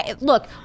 Look